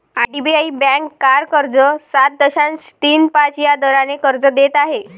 IDBI bank car कर्ज सात दशांश तीन पाच या दराने कर्ज देत आहे